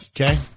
Okay